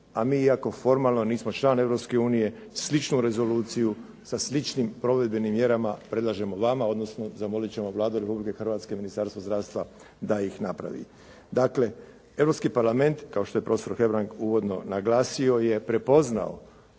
a mi iako formalno nismo član Europske unije sličnu rezoluciju sa sličnim provedbenim mjerama predlažemo vama, odnosno zamolit ćemo Vladu Republike Hrvatske i Ministarstvo zdravstva da ih napravi. Dakle, Europski parlament kao što je prof. Hebrang uvodno naglasio je prepoznao